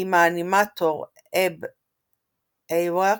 עם האנימטור אב אייוורקס,